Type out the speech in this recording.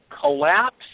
collapse